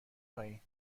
پایین